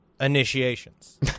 Initiations